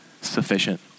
sufficient